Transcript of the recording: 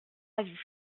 avis